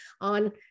on